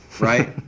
right